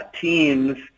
teams